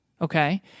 Okay